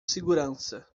segurança